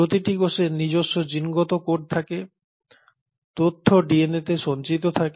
প্রতিটি কোষের নিজস্ব জিনগত কোড থাকে তথ্য ডিএনএতে সঞ্চিত থাকে